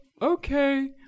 Okay